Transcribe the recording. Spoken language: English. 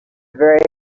very